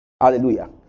Hallelujah